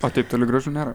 o taip toli gražu nėra